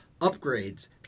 upgrades